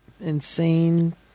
insane